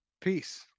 Peace